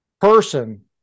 person